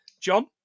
John